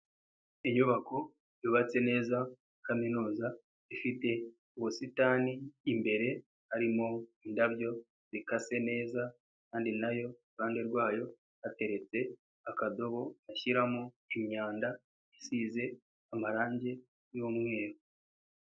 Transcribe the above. Inyubako yubatse neza ya kaminuza, ifite ubusitani imbere harimo indabyo, zikase neza kandi nayo iruhande rwayo hateretse akadobo bashyiramo imyanda, isize amarangi y'umweru.